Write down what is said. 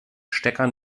stecker